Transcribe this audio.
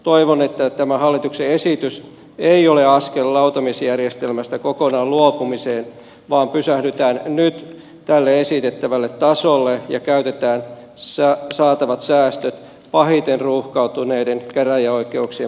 toivon että tämä hallituksen esitys ei ole askel lautamiesjärjestelmästä kokonaan luopumiseen vaan pysähdytään nyt tälle esitettävälle tasolle ja käytetään saatavat säästöt pahiten ruuhkautuneiden käräjäoikeuksien vahvistamiseen